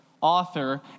author